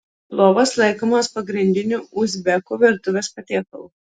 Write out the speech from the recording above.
plovas laikomas pagrindiniu uzbekų virtuvės patiekalu